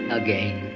again